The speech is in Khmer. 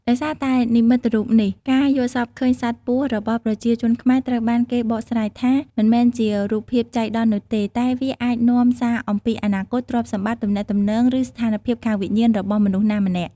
ដោយសារតែនិមិត្តរូបនេះ ការយល់សប្តិឃើញសត្វពស់របស់ប្រជាជនខ្មែរត្រូវបានគេបកស្រាយថា មិនមានជារូបភាពចៃដន្យនោះទេ តែវាអាចនាំសារអំពីអនាគត ទ្រព្យសម្បត្តិ ទំនាក់ទំនង ឬស្ថានភាពខាងវិញ្ញាណរបស់មនុស្សណាម្នាក់។